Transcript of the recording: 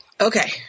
Okay